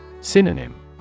Synonym